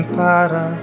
para